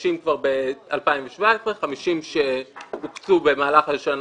50 כבר בשנת 2017 ו-50 הוקצו במהלך השנה,